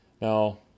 Now